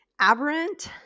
aberrant